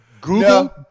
Google